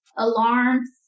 Alarms